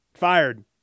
fired